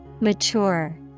Mature